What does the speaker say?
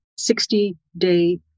60-day